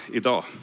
idag